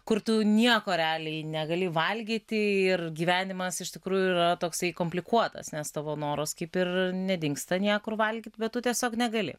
kur tu nieko realiai negali valgyti ir gyvenimas iš tikrųjų ir yra toksai komplikuotas nes tavo noras kaip ir nedingsta niekur valgyt bet tu tiesiog negali